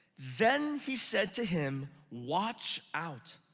then he said to him, watch out.